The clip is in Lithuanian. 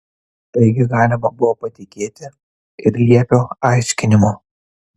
taigi galima buvo patikėti ir liepio aiškinimu